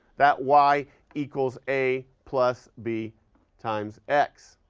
that y equals a plus b times x,